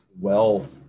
wealth